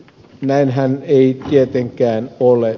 näinhän ei tietenkään ole